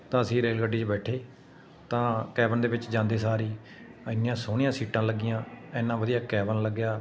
ਤਾਂ ਅਸੀਂ ਰੇਲ ਗੱਡੀ 'ਚ ਬੈਠੇ ਤਾਂ ਕੈਬਨ ਦੇ ਵਿੱਚ ਜਾਂਦੇ ਸਾਰ ਹੀ ਐਨੀਆਂ ਸੋਹਣੀਆਂ ਸੀਟਾਂ ਲੱਗੀਆਂ ਐਨਾ ਵਧੀਆ ਕੈਬਨ ਲੱਗਿਆ